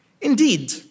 Indeed